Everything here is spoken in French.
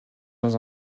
dans